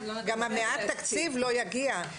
גם מעט התקציב לא יגיע.